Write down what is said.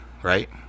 Right